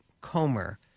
comer